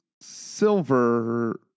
silver